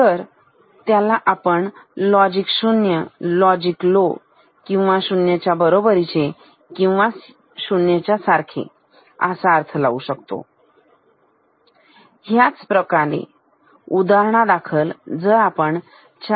तर त्याचा आपण लॉजिक 0 लॉजिक लो किंवा 0 बरोबरीचे किंवा 0 सारखे असा अर्थ लावू शकतो ह्याच प्रमाणे उदाहरणादाखल जर आपण 4